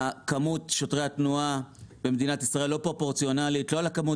כמות שוטרי התנועה במדינת ישראל היא לא פרופורציונאלית לכמות